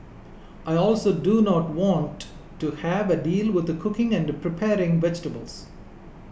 I also do not want to have a deal with cooking and preparing vegetables